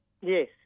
Yes